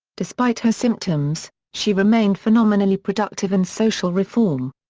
despite her symptoms, she remained phenomenally productive in social reform.